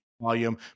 volume